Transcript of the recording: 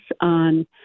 on